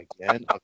Again